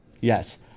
Yes